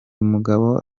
umugabo